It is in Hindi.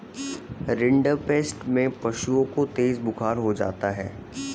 रिंडरपेस्ट में पशुओं को तेज बुखार हो जाता है